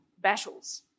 battles